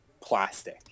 plastic